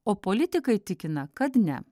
o politikai tikina kad ne